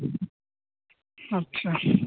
अच्छा